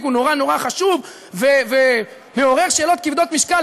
הוא נורא נורא חשוב ומעורר שאלות כבדות משקל,